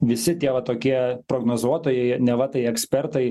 visi tie va tokie prognozuotojai neva tai ekspertai